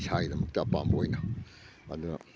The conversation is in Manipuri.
ꯏꯁꯥꯒꯤꯗꯃꯛꯇ ꯑꯄꯥꯝꯕ ꯑꯣꯏꯅ ꯑꯗꯣ